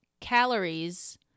calories